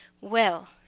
Well